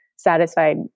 Satisfied